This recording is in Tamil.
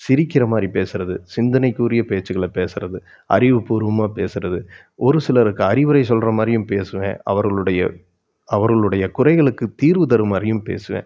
சிரிக்கிறமாதிரி பேசுவது சிந்தனைக்குரிய பேச்சுகளை பேசுவது அறிவுப்பூர்வமாக பேசுவது ஒரு சிலருக்கு அறிவுரை சொல்கிற மாதிரியும் பேசுவேன் அவர்களுடைய அவர்களுடைய குறைகளுக்கு தீர்வு தர மாதிரியும் பேசுவேன்